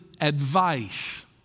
advice